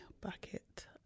bucket